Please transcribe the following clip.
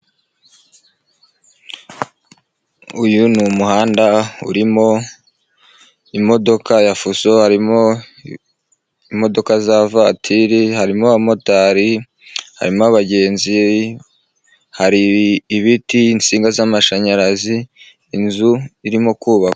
Uyu ni umuhanda urimo imodoka ya fuso, harimo imodoka za vatiri, harimo abamotari, harimo abagenzi, hari ibiti, insinga z'amashanyarazi inzu irimo kubakwa.